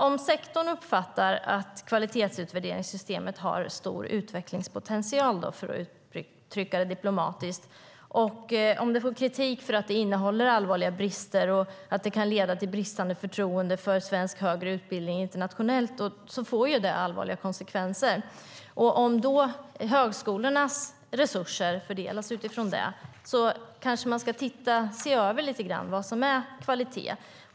Om sektorn uppfattar att kvalitetsutvärderingssystemet har stor utvecklingspotential, för att uttrycka det diplomatiskt, och om det får kritik för att det innehåller allvarliga brister och kan leda till bristande förtroende för svensk högre utbildning internationellt, då får det allvarliga konsekvenser. Om då högskolornas resurser fördelas utifrån det kanske man ska se över lite grann vad som är kvalitet.